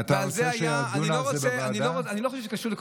אתה רוצה שידונו על זה בוועדה?